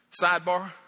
sidebar